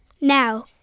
Now